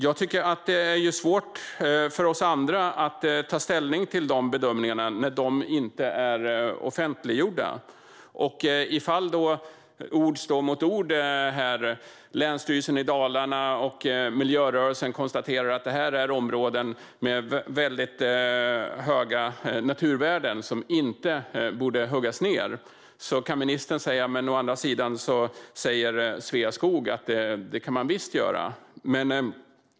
Jag tycker att det är svårt för oss andra att ta ställning till dessa bedömningar eftersom de inte är offentliggjorda och ord därmed står mot ord: Länsstyrelsen i Dalarna och miljörörelsen konstaterar att det här är områden med väldigt höga naturvärden som inte borde huggas ned, och ministern kan å andra sidan hänvisa till Sveaskog, som säger att det kan man visst göra.